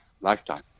lifetime